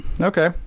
Okay